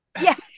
Yes